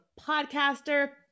podcaster